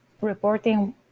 reporting